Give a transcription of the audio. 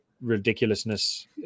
ridiculousness